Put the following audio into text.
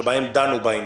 שבהן דנו בעניין,